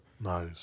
Nice